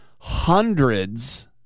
hundreds